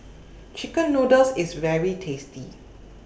Chicken Noodles IS very tasty